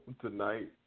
tonight